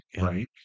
right